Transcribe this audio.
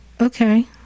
Okay